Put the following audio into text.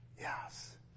Yes